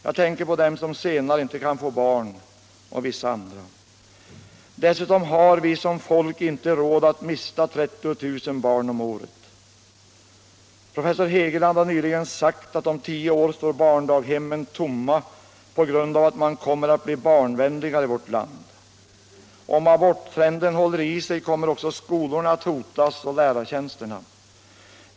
Jag tänker på dem som senare inte kan få barn och vissa andra. Dessutom har vi som folk inte råd att mista 30 000 barn om året. Professor Hegeland har nyligen sagt att om tio år står barndaghemmen' tomma på grund av att man kommer att bli barnvänligare i vårt land. Om aborttrenden håller i sig kommer också skolorna och lärartjänsterna att hotas.